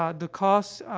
ah the costs,